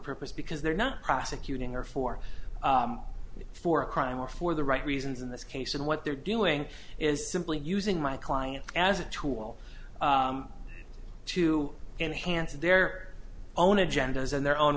purpose because they're not prosecuting her for for a crime or for the right reasons in this case and what they're doing is simply using my client as a tool to enhance their own agendas and their own